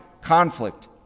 conflict